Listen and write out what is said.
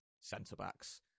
centre-backs